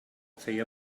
feia